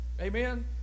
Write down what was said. Amen